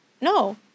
No